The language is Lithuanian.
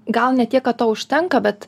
gal ne tiek kad to užtenka bet